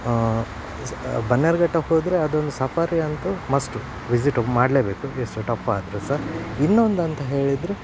ಬನ್ನೇರು ಘಟ್ಟಕ್ಕೆ ಹೋದರೆ ಅದೊಂದು ಸಫಾರಿ ಅಂತು ಮಸ್ಟ್ ವಿಝಿಟ್ ಮಾಡಲೆ ಬೇಕು ಎಷ್ಟು ಟಫ್ ಆದರು ಸಹ ಇನ್ನೊಂದು ಅಂತ ಹೇಳಿದರೆ